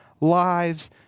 lives